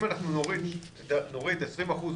אם נוריד 20% מהמפגשים,